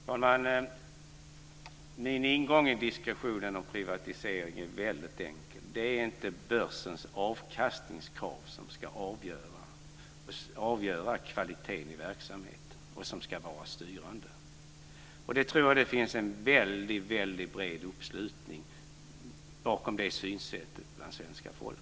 Fru talman! Min ingång i diskussionen om privatiseringen är väldigt enkel. Det är inte börsens avkastningskrav som ska vara styrande och avgöra kvaliteten i verksamheten. Jag tror att det finns en väldigt bred uppslutning bakom det synsättet hos svenska folket.